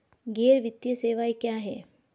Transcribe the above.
गैर वित्तीय सेवाएं क्या हैं?